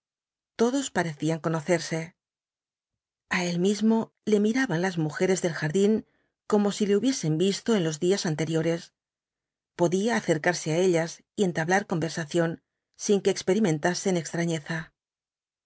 todos parecían conocerse a él mismo le miraban las mujeres del jardín como si le hubiesen visto en los días anteriores podía acercarse á ellas y entablar conversación sin qu experimentasen extrañeza